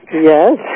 Yes